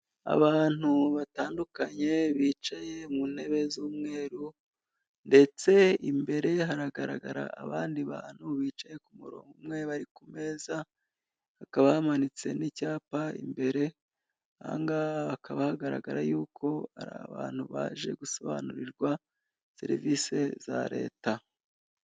Abantu batandukanye bicaye mu ntebe z'umweru, ndetse imbere haragaragara abandi bantu bicaye ku murongo umwe bari ku meza, hakaba hamanitse n'icyapa imbere, aha ngaha hakaba hagaragara y'uko ari abantu baje gusobanurirwa serivisi za leta.